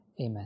Amen